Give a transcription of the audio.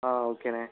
ஆ ஓகேண்ணே